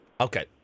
Okay